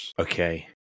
Okay